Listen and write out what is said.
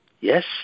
yes